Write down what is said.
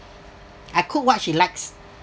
I cooked what she likes